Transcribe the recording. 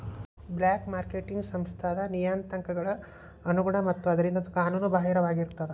black marketing ಸಂಸ್ಥಾದ್ ನಿಯತಾಂಕಗಳ ಅನುಗುಣ ಮತ್ತ ಆದ್ದರಿಂದ ಕಾನೂನು ಬಾಹಿರವಾಗಿರ್ತದ